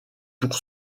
pour